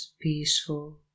peaceful